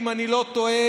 אם אני לא טועה,